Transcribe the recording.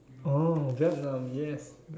orh Vietnam yes